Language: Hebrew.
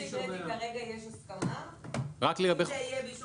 אנחנו עשינו חישוב, זה ל-100